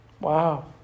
Wow